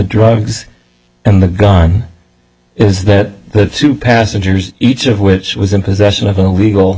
drugs and the gun is that the two passengers each of which was in possession of all legal